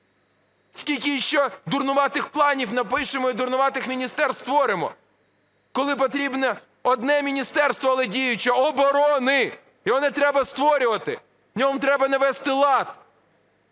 Скільки іще дурнуватих планів напишемо і дурнуватих міністерств створимо? Коли потрібно одне Міністерство, але діюче, оборони, його не треба створювати, в ньому треба навести лад.